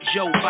Joe